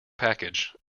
package